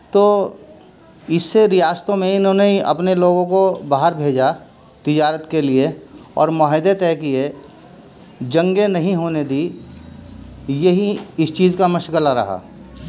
تو اس سے ریاستوں میں انہوں نے ہی اپنے لوگوں کو باہر بھیجا تجارت کے لیے اور معاہدے طے کیے جنگیں نہیں ہونے دی یہی اس چیز کا مشغلہ رہا